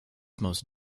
most